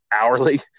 hourly